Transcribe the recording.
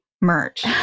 merch